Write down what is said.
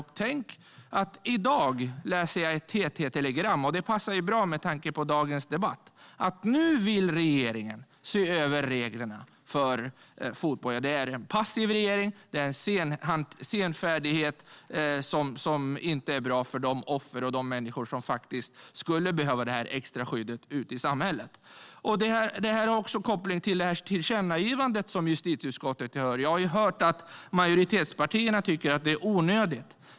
Och i dag läser jag i ett TT-telegram - det passar bra med tanke på dagens debatt - att regeringen nu vill se över reglerna för fotboja. Det är en passiv regering. Det är en senfärdighet som inte är bra för de offer och de människor som skulle behöva det här extra skyddet ute i samhället. Detta har också en koppling till det tillkännagivande som justitieutskottet föreslår. Jag har hört att majoritetspartierna tycker att det är onödigt.